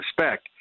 respect